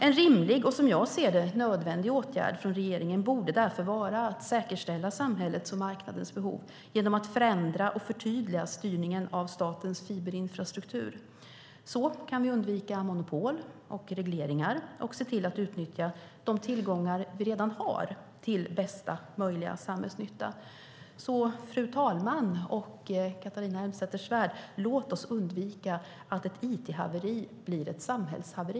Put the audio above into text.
En rimlig och, som jag ser det, nödvändig åtgärd från regeringen borde därför vara att säkerställa samhällets och marknadens behov genom att förändra och förtydliga styrningen av statens fiberinfrastruktur. Så kan vi undvika monopol och regleringar och se till att utnyttja de tillgångar vi redan har till bästa möjliga samhällsnytta. Fru talman och Catharina Elmsäter-Svärd! Låt oss undvika att ett it-haveri blir ett samhällshaveri.